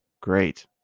great